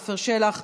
עפר שלח,